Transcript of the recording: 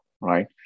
right